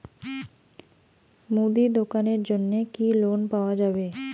মুদি দোকানের জন্যে কি লোন পাওয়া যাবে?